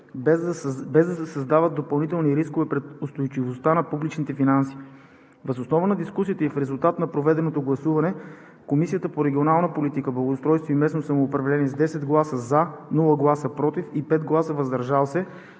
без да се създават допълнителни рискове пред устойчивостта на публичните финанси. Въз основа на дискусията и в резултат на проведеното гласуване Комисията по регионална политика, благоустройство и местно самоуправление с 10 гласа – „за“, без гласове „против“ и 5 гласа – „въздържал се“,